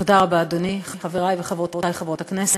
תודה רבה, אדוני, חברי וחברותי חברות הכנסת,